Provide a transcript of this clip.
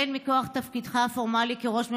הן מכוח תפקידך הפורמלי כראש ממשלה,